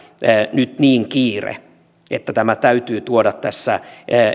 nyt niin kiire että tämä täytyy tuoda tässä